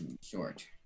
short